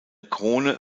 krone